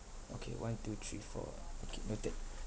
okay one two three four okay noted